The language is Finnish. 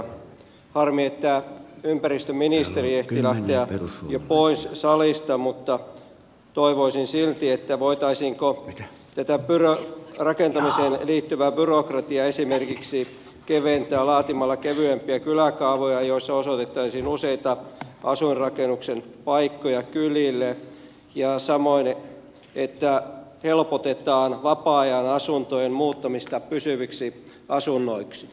harmi että ympäristöministeri ehti lähteä jo pois salista mutta toivoisin silti että voitaisiin tätä rakentamiseen liittyvää byrokratiaa keventää esimerkiksi laatimalla kevyempiä kyläkaavoja joissa osoitettaisiin useita asuinrakennuksen paikkoja kylille ja samoin että helpotetaan vapaa ajan asuntojen muuttamista pysyviksi asunnoiksi